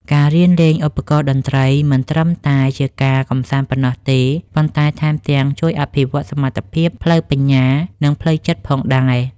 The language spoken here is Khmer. ការរៀនលេងឧបករណ៍តន្ត្រីមិនត្រឹមតែជាការកម្សាន្តប៉ុណ្ណោះទេ ប៉ុន្តែថែមទាំងជួយអភិវឌ្ឍសមត្ថភាពផ្លូវបញ្ញា និងផ្លូវចិត្តផងដែរ។